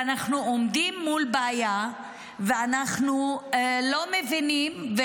ואנחנו עומדים מול בעיה ואנחנו לא מבינים,